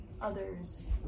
others